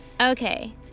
Okay